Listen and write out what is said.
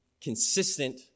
consistent